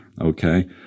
Okay